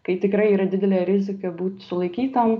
kai tikrai yra didelė rizika būt sulaikytam